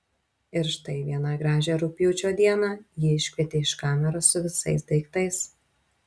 ir štai vieną gražią rugpjūčio dieną jį iškvietė iš kameros su visais daiktais